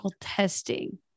testing